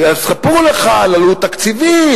ויספרו לך על עלות תקציבית,